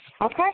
okay